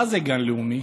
מה זה גן לאומי?